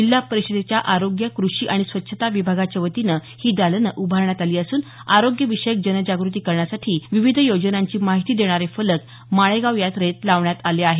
जिल्हा परिषदेच्या आरोग्य क्रषी आणि स्वच्छता विभागाच्या वतीनं ही दालनं उभारण्यात आली असून आरोग्याविषयक जनजाग्रती करण्यासाठी विविध योजनांची माहिती देणारे फलक माळेगाव यात्रेत लावण्यात आले आहेत